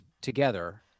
together